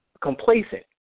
complacent